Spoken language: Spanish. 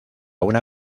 una